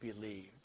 believed